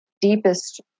Deepest